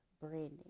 branding